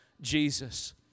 Jesus